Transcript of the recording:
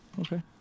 Okay